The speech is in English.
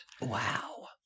Wow